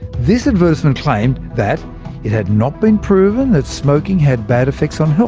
this advertisement claimed that it had not been proven that smoking had bad effects on health,